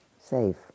safe